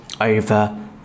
over